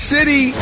City